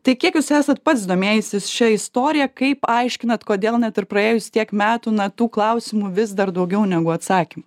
tai kiek jūs esat pats domėjęsis šia istorija kaip paaiškinat kodėl net ir praėjus tiek metų na tų klausimų vis dar daugiau negu atsakymų